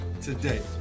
today